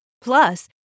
Plus